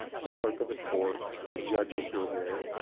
the clerk of the court, the judges were there,